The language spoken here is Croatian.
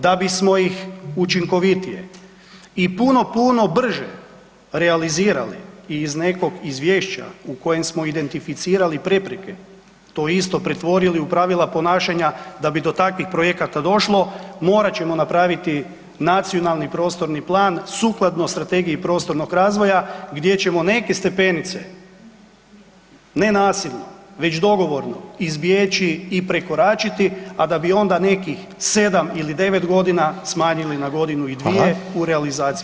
Da bismo ih učinkovitije i puno, puno brže realizirali i iz nekog izvješća u kojem smo identificirali prepreke to isto pretvorili u pravila ponašanja da bi do takvih projekata došlo, morat ćemo napraviti nacionalni prostorni plan sukladno strategiji prostornog razvoja gdje ćemo neke stepenice ne nasilno već dogovorno izbjeći i prekoračiti, a da bi onda nekih 7 ili 9 godina smanjili na godinu i dvije u realizaciji investicije.